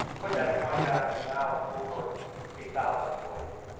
put that in context, we're now over eight thousand employees.